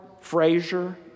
Frazier